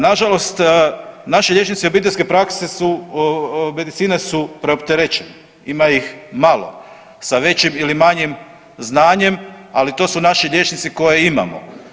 Nažalost naši liječnici obiteljske prakse su, medicine su preopterećeni, ima ih malo sa većim ili manjim znanjem, ali to su naši liječnici koje imamo.